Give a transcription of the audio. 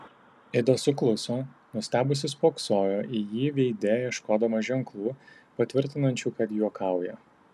ida sukluso nustebusi spoksojo į jį veide ieškodama ženklų patvirtinančių kad juokauja